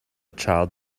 child